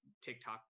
TikTok